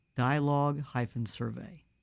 Dialogue-survey